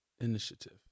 initiative